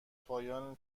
پایان